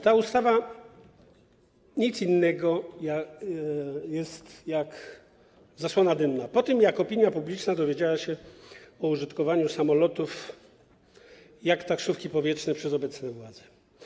Ta ustawa to nic innego jak zasłona dymna po tym, jak opinia publiczna dowiedziała się o użytkowaniu samolotów jak taksówki powietrzne przez obecne władze.